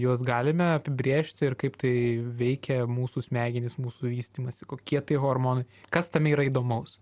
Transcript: juos galime apibrėžti ir kaip tai veikia mūsų smegenis mūsų vystymąsi kokie tai hormonai kas tame yra įdomaus